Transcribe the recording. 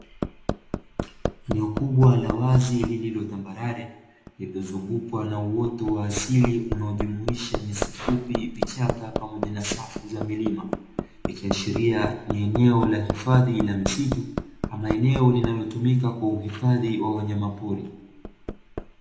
Eneo kubwa la wazi lililo tambarare lililozungukwa na uoto wa asili unaojumuisha nyasi fupi, vichaka, pamoja na safu za milima. Ikiashiria ni eneo la hifadhi la misitu ama eneo linalotumika kwa uhifadhi wa wanyamapori.